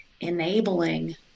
enabling